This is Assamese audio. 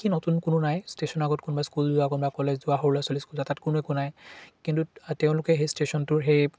কি নতুন কোনো নাই ষ্টেশ্যনৰ আগত কোনোবাই স্কুল যোৱা কোনোবা কলেজ যোৱা সৰু ল'ৰা ছোৱালী স্কুল যোৱা তাত কোনো একো নাই কিন্তু তেওঁলোকে সেই ষ্টেশ্যনটোৰ সেই